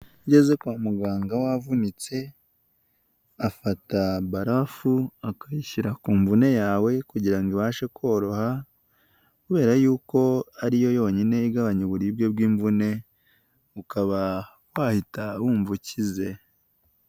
Iyo ungeze kwa muganga wavunitse bafata barafu akayishyira ku mvune yawe kugira ibashe koroha kubera yuko ari yo yonyine igabanya uburibwe bw'imvune ukaba wahita wumva ukize.